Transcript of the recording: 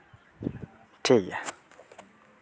ᱴᱷᱤᱠ ᱜᱮᱭᱟ